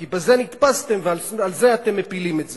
כי בזה נתפסתם ועל זה אתם מפילים את זה.